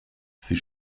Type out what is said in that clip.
sie